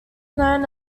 known